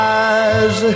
eyes